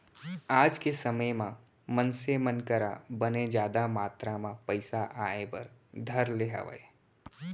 आज के समे म मनसे मन करा बने जादा मातरा म पइसा आय बर धर ले हावय